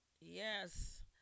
Yes